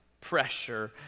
pressure